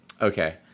okay